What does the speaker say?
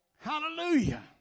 Hallelujah